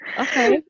okay